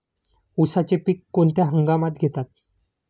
उसाचे पीक कोणत्या हंगामात घेतात?